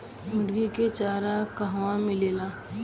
मुर्गी के चारा कहवा मिलेला?